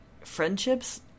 friendships